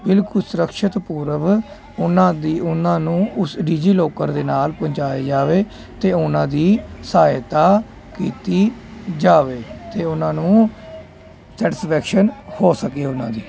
ਬਿਲਕੁਲ ਸੁਰੱਖਿਅਤ ਪੂਰਵ ਉਹਨਾਂ ਦੀ ਉਹਨਾਂ ਨੂੰ ਉਸ ਡੀ ਜੀ ਲੋਕਰ ਦੇ ਨਾਲ ਪਹੁੰਚਾਇਆ ਜਾਵੇ ਅਤੇ ਉਹਨਾਂ ਦੀ ਸਹਾਇਤਾ ਕੀਤੀ ਜਾਵੇ ਅਤੇ ਉਹਨਾਂ ਨੂੰ ਸੈਟਸਫੈਕਸ਼ਨ ਹੋ ਸਕੇ ਉਹਨਾਂ ਦੀ